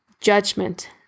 judgment